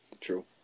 True